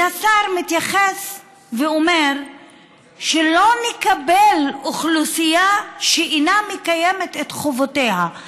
השר מתייחס ואומר שלא נקבל אוכלוסייה שאינה מקיימת את חובותיה.